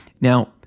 Now